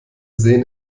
sehen